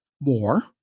more